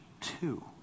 two